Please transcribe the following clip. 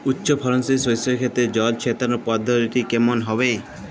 উচ্চফলনশীল শস্যের ক্ষেত্রে জল ছেটানোর পদ্ধতিটি কমন হবে?